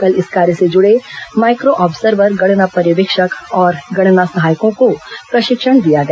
कल इस कार्य से जुड़े माइक्रो ऑब्जर्वर गणना पर्यवेक्षक और गणना सहायकों को प्रशिक्षण दिया गया